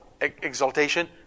exaltation